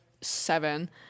seven